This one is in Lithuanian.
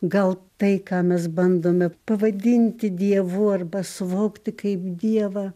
gal tai ką mes bandome pavadinti dievu arba suvokti kaip dievą